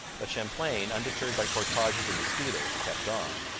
but champlain, undeterred by portages and mosquitoes, kept on.